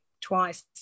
twice